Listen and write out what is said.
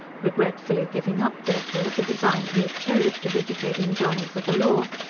regretfully giving up, therefore, the design he had cherished of educating johnny for the law,